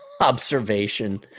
observation